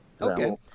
okay